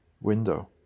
window